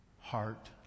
heart